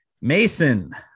Mason